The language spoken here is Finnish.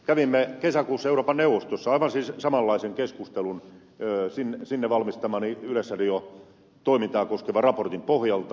kävimme kesäkuussa euroopan neuvostossa siis aivan samanlaisen keskustelun sinne valmistamani yleisradion toimintaa koskevan raportin pohjalta